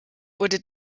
wurde